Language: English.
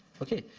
okay?